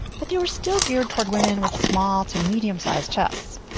but they were still geared toward women with small to medium sized chests.